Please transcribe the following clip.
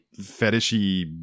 fetishy